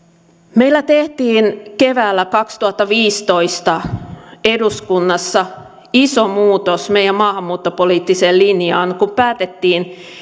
meillä tehtiin keväällä kaksituhattaviisitoista eduskunnassa iso muutos meidän maahanmuuttopoliittiseen linjaan kun päätettiin